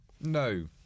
No